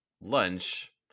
lunch